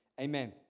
amen